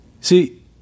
See